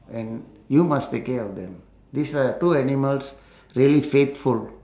and you must take care of them these are two animals really faithful